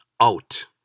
Out